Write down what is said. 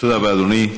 תודה רבה, אדוני.